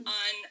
on